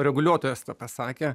reguliuotojas pasakė